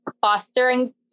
fostering